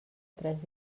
tres